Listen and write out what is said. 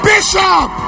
Bishop